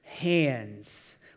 hands